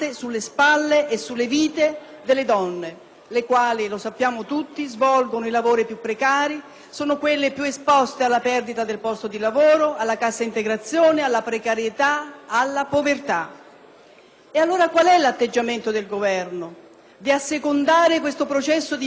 E allora, qual è l'atteggiamento del Governo? Assecondare questo processo di impoverimento oppure sostenere le donne a rischio? E cosa pensa la ministra Carfagna? Non abbiamo sentito da lei, purtroppo, una sola parola di dissenso rispetto alla linea Tremonti-Sacconi.